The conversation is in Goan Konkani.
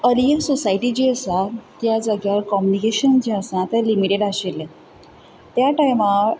अ रील सोसायटी जी आसा त्या जाग्यार कॉमनिकेशन जें आसा तें लिमिटेड आशिल्लें त्या टायमा